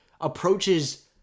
approaches